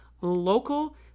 local